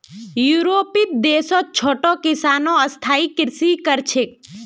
यूरोपीय देशत छोटो किसानो स्थायी कृषि कर छेक